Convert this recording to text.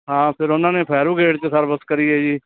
ਹਾਂ ਫਿਰ ਉਹਨਾਂ ਨੇ ਫਾਇਰ ਬਿਰਗੇਡ 'ਚ ਸਰਵਿਸ ਕਰੀ ਹੈ ਜੀ